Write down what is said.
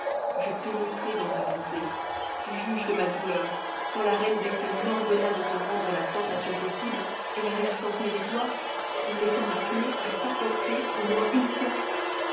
je pénétrai dans ta pensée et juge de ma douleur quand la reine des fées m'ordonna de te rendre la tentation possible et la résistance méritoire en laissant ma clef à ta portée au moins une fois